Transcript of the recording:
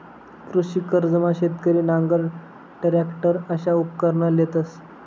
कृषी कर्जमा शेतकरी नांगर, टरॅकटर अशा उपकरणं लेतंस